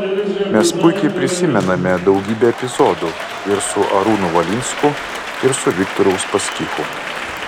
mes puikiai prisimename daugybę epizodų ir su arūnu valinsku ir su viktoru uspaskichu